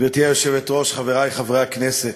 גברתי היושבת-ראש, חברי חברי הכנסת,